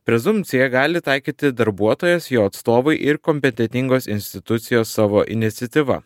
prezumpciją gali taikyti darbuotojas jo atstovai ir kompetentingos institucijos savo iniciatyva